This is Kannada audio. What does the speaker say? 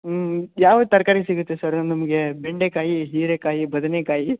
ಯಾವ ತರಕಾರಿ ಸಿಗುತ್ತೆ ಸರು ನಮಗೆ ಬೆಂಡೆಕಾಯಿ ಹೀರೆಕಾಯಿ ಬದನೇಕಾಯಿ